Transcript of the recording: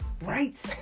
Right